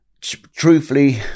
Truthfully